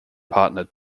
partner